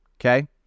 Okay